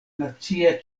nacia